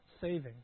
saving